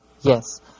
Yes